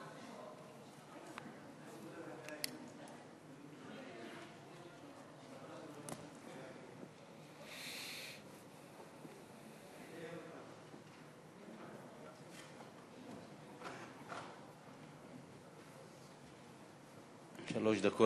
שלוש דקות.